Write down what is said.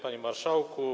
Panie Marszałku!